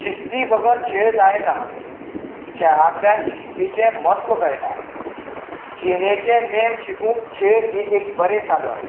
शिस्ती बगर खेळ जायना खेळांतल्यान शिस्तीचें म्हत्व कळटा जिणेचे नेम शिकूंक खेळ ही ए एक बरें साधन